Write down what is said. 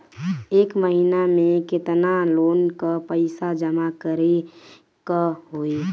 एक महिना मे केतना लोन क पईसा जमा करे क होइ?